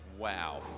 Wow